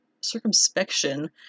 circumspection